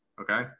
okay